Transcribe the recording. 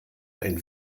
ein